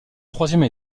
troisième